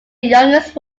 youngest